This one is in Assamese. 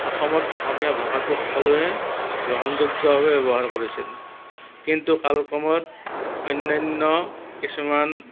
অসমত অসমীয়া ভাষাটো সকলোৱে গ্ৰহণযোগ্য ভাৱে ব্যৱহাৰ কৰিছিল কিন্তু কালক্ৰমত অন্যান্য কিছুমান